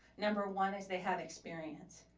number one is they have experience.